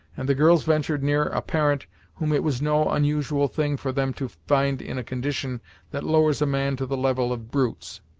and the girls ventured near a parent whom it was no unusual thing for them to find in a condition that lowers a man to the level of brutes.